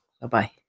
Bye-bye